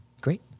great